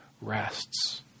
rests